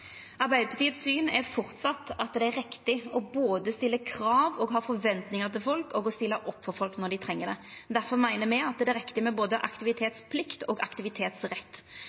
Arbeidarpartiets syn er framleis at det er rett både å stilla krav, å ha forventningar til folk og å stilla opp for folk når dei treng det. Difor meiner me at det er riktig med både aktivitetsplikt og aktivitetsrett.